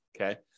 Okay